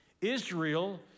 Israel